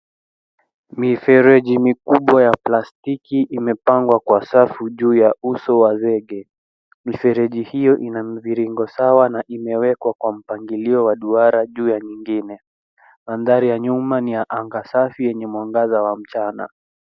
Mifereji mikubwa ya plastiki imepangwa kwa safu juu ya uso wa zege. Mifereji hiyo ina miviringo sawa na imewekwa kwa mpangilio wa duara juu ya nyingine. Mandhari ya nyuma ni ya anga safi yenye mwangaza wa mchana.